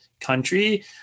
country